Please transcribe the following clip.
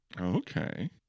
okay